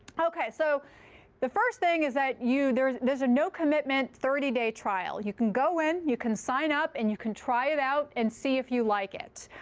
ok. so the first thing is that there's there's a no-commitment thirty day trial. you can go in. you can sign up. and you can try it out and see if you like it.